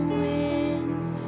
winds